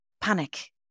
panic